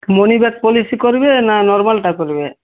money back policy କରିବେ ନା ନର୍ମାଲଟା କରିବେ